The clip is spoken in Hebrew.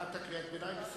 קראת קריאת ביניים.